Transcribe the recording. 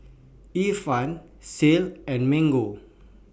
Ifan Shell and Mango